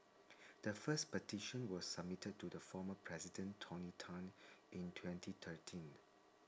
the first petition was submitted to the formal president tony tan in twenty thirteen